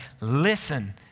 listen